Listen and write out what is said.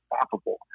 unstoppable